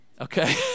okay